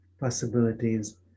possibilities